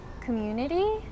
community